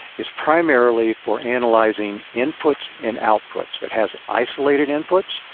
it's primarily for analyzing inputs and outputs. it has isolated inputs